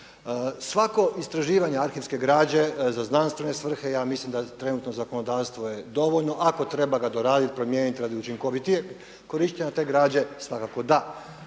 Svako istraživanje arhivske građe za znanstvene svrhe, ja mislim da trenutno zakonodavstvo je dovoljno. Ako treba ga doraditi, promijeniti radi učinkovitijeg korištenja te građe svakako da.